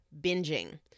binging